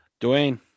Dwayne